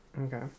Okay